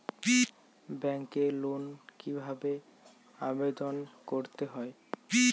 ব্যাংকে লোন কিভাবে আবেদন করতে হয়?